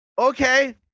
Okay